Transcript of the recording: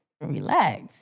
Relax